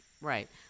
Right